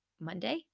Monday